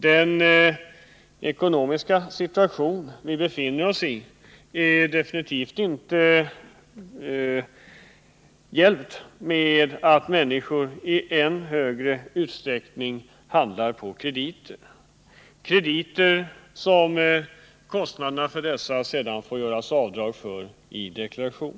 Den ekonomiska situation vi befinner oss i hjälps avgjort inte upp av att människor i än högre utsträckning handlar på kredit — en kredit vars kostnader de sedan får göra avdrag för i sin deklaration.